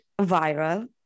viral